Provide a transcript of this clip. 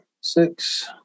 six